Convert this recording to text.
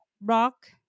rock